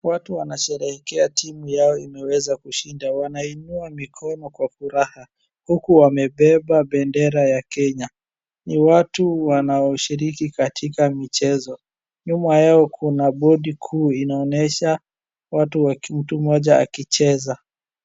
Watu wanasherehekea timu yao imeweza kushinda, wanainua mikono kwa furaha huku wamebeba bendera ya Kenya. Ni watu wanaoshiriki katika michezo, nyuma yao kuna bodi kuu inaonesha mtu mmoja akicheza.